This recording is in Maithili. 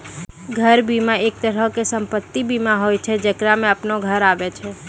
घर बीमा, एक तरहो के सम्पति बीमा होय छै जेकरा मे अपनो घर आबै छै